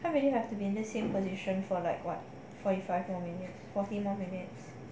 I really have to be in the same position for like what forty five more minutes forty more minutes